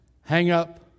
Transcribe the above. hang-up